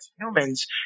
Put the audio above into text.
humans